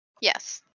Yes